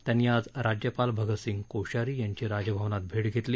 त्यांनी आज राज्यपाल भगतसिंग कोश्यारी यांची राजभवनात भेट घेतली